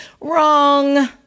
Wrong